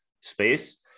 space